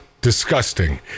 Disgusting